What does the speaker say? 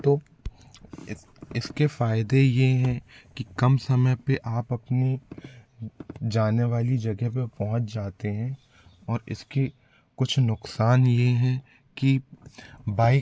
तो इस इसके फायदे ये हैं कि कम समय पे आप अपनी जाने वाली जगह पे पहुँच जाते हैं और इसके कुछ नुकसान ये हैं कि बाइक